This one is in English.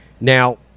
Now